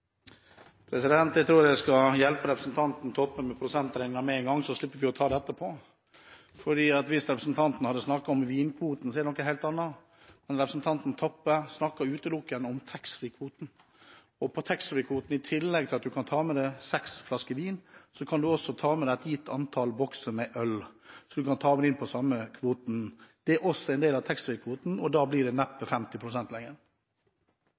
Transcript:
Jeg tror jeg skal hjelpe representanten Toppe med prosentregningen med én gang, så slipper vi å ta det etterpå. Hvis representanten Toppe hadde snakket om vinkvoten, ville det vært noe helt annet, men representanten Toppe snakket utelukkende om taxfree-kvoten. Og med taxfree-kvoten kan man, i tillegg til at man kan ta med seg seks flasker vin, også ta med seg et gitt antall bokser med øl – det kan man ta med seg inn på den samme kvoten. Det er altså en del av taxfree-kvoten, og da blir det